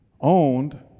owned